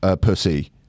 pussy